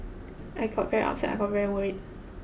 I got very upset I got very worried